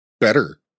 better